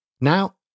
Now